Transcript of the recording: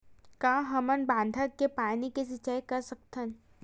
का हमन बांधा के पानी ले सिंचाई कर सकथन?